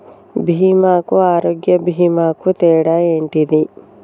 బీమా కు ఆరోగ్య బీమా కు తేడా ఏంటిది?